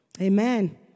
Amen